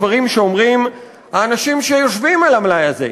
דברים שאומרים האנשים שיושבים על המלאי הזה,